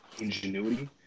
ingenuity